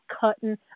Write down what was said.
cutting